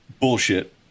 bullshit